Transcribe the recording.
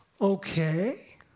Okay